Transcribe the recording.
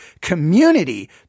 community